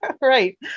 Right